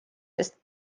sest